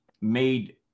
made